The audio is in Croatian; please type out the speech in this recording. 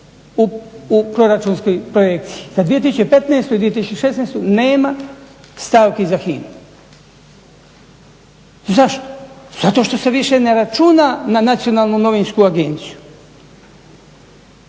u proračunskoj projekciji za 2015.i 2016.nema stavki za HINA-u. Zašto? Zato što se više ne računa na Nacionalnu novinsku agenciju.